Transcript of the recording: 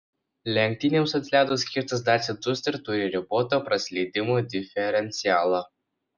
lenktynėms ant ledo skirtas dacia duster turi riboto praslydimo diferencialą